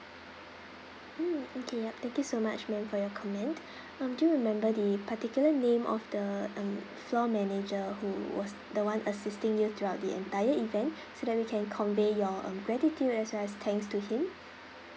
mm okay yup thank you so much ma'am for your comment um do you remember the particular name of the um floor manager who was the one assisting you throughout the entire event so that we can convey your um gratitude as well as thanks to him